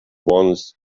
once